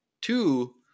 two